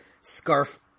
scarf